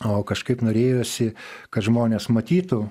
o kažkaip norėjosi kad žmonės matytų